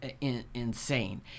insane